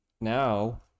Now